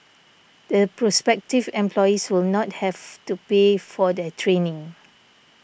the prospective employees will not have to pay for their training